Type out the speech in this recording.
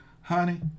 honey